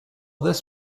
this